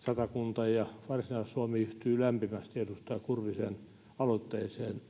satakunta ja varsinais suomi yhtyvät lämpimästi edustaja kurvisen aloitteeseen